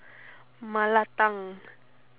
mala tang